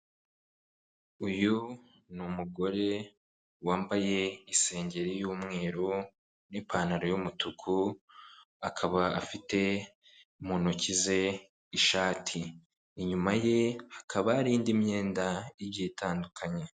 Uyu ni umugore wambaye isengeri y'umweru n'ipantaro y'umutuku, akaba afite mu ntoki ze ishati. Inyuma ye hakaba hari indi myenda igiye itandukanye.